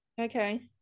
Okay